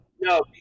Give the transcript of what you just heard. No